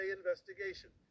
investigation